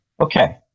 okay